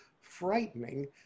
frightening